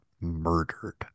murdered